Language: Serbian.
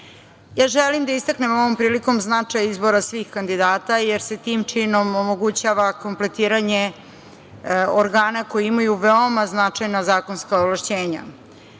REM-a. Želim da istaknem ovom prilikom značaj izbora svih kandidata, jer se tim činom omogućava kompletiranje organa koji imaju veoma značajna zakonska ovlašćenja. Kada